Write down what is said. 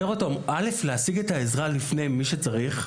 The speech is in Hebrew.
א׳: להשיג את העזרה לפני ממי שצריך,